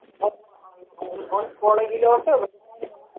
വരുന്ന ആ വരുന്ന മോൻ കോളേജിലോട്ട് വരുന്നതിന് മുമ്പ്